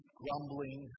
grumbling